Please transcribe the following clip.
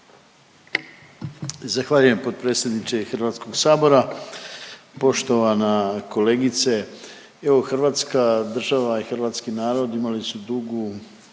Zahvaljujem potpredsjedniče Hrvatskog sabora. Poštovana kolegice evo Hrvatska država i hrvatski narod imali su dugu,